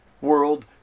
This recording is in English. world